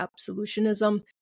absolutionism